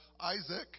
Isaac